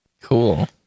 Cool